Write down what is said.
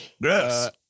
Yes